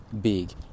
big